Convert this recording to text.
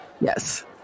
Yes